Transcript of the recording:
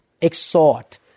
exhort